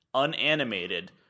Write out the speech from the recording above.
unanimated